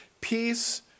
peace